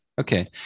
Okay